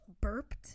burped